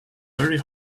very